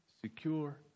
secure